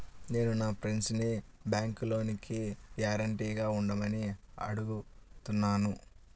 నేను మా ఫ్రెండ్సుని బ్యేంకులో లోనుకి గ్యారంటీగా ఉండమని అడుగుతున్నాను